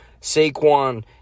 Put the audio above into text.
Saquon